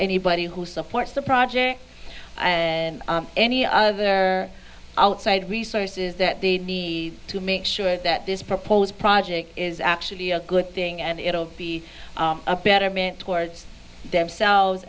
anybody who supports the project and any other outside resources that they need to make sure that this proposed project is actually a good thing and it'll be a betterment towards themselves